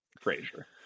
Frazier